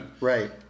Right